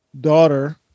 daughter